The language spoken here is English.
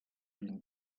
been